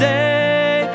day